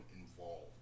involved